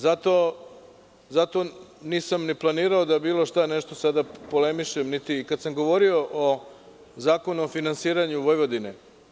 Zato nisam ni planirao da sada polemišem, niti kada sam govorio o Zakonu o finansiranju Vojvodine.